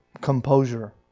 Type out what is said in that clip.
composure